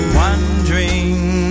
wondering